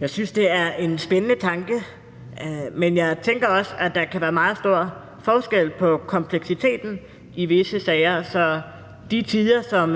Jeg synes, det er en spændende tanke, men jeg tænker også, at der kan være meget stor forskel på kompleksiteten i visse sager. Så de tider, som